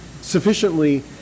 sufficiently